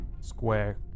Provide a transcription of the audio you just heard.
square